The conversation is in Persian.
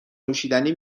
نوشیدنی